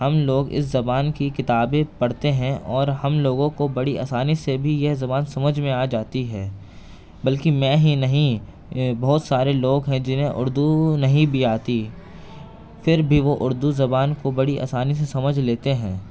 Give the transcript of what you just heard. ہم لوگ اس زبان کی کتابیں پڑھتے ہیں اور ہم لوگوں کو بڑی آسانی سے بھی یہ زبان سمجھ میں آ جاتی ہے بلکہ میں ہی نہیں بہت سارے لوگ ہیں جنہیں اردو نہیں بھی آتی پھر بھی وہ اردو زبان کو بڑی آسانی سے سمجھ لیتے ہیں